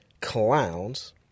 clowns